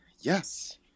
Yes